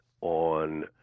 on